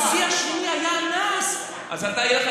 הנשיא השמיני היה אנס, אז יהיה לך